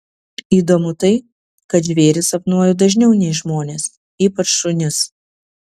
įdomu tai kad žvėris sapnuoju dažniau nei žmones ypač šunis